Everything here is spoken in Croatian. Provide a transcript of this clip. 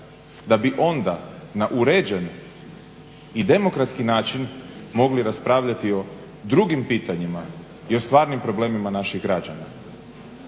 da bi onda na uređen i demokratski način mogli raspravljati o drugim pitanjima i o stvarnim problemima naših građana.